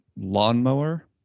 lawnmower